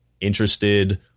interested